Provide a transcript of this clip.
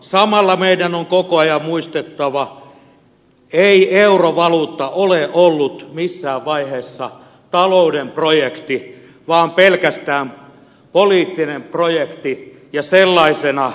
samalla meidän on koko ajan muistettava että ei eurovaluutta ole ollut missään vaiheessa talouden projekti vaan pelkästään poliittinen projekti ja sellaisena mahdoton